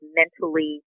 mentally